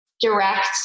direct